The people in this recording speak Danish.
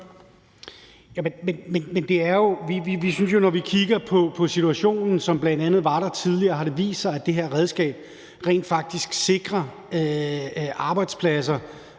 Vi synes jo, når vi kigger på situationen, som var der tidligere, at det har vist sig, at det her redskab rent faktisk sikrer arbejdspladser,